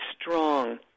strong